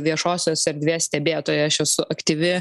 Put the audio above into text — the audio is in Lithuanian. viešosios erdvės stebėtoja aš esu aktyvi